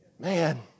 Man